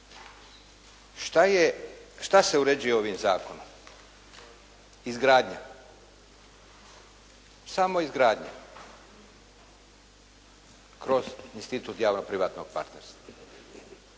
Šta se uređuje ovim zakonom? Izgradnja. Samo izgradnja kroz institut javno-privatnog partnerstva.